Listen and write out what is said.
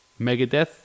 Megadeth